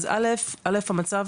אז ראשית המצב